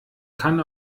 kann